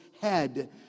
head